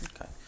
Okay